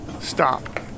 stop